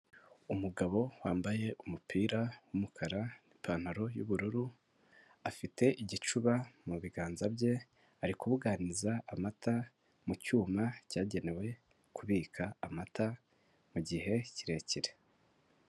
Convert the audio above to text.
Umugabo wambaye umupira w'umukara, n'ipantaro y'ubururu, afite igicuba mu biganza bye, arikubuganiza amata mu cyuma cyagenewe kubika amata ; mugi he kirekire.